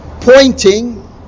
pointing